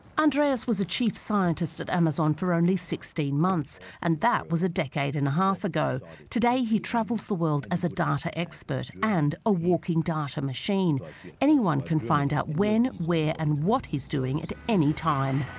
andreas was a chief scientist at amazon for only sixteen months and that was a decade and a half ago today he travels the world as a data expert and a walking data machine anyone can find out when where and what he's doing at any time?